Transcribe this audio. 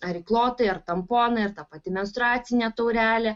ar įklotai ar tamponai ar ta pati menstruacinė taurelė